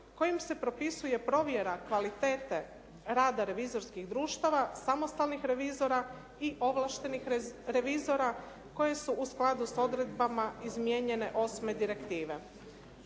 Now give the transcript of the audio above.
kojim se propisuje provjera kvalitete rada revizorskih društava, samostalnih revizora i ovlaštenih revizora koje su u skladu s odredbama izmijenjene osme direktive.